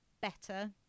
better